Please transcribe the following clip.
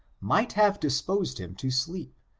might have disposed him to sleep,